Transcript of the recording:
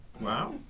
Wow